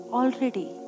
already